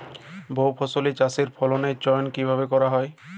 বহুফসলী চাষে ফসলের চয়ন কীভাবে করা হয়?